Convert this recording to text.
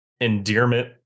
endearment